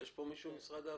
יש פה מישהו ממשרד העבודה?